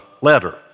letter